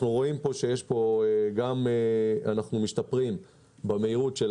אנחנו רואים שאנחנו משתפרים במהירות של